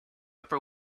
upper